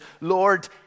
Lord